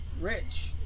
Rich